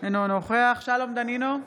אינו נוכח שלום דנינו,